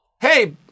hey